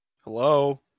Hello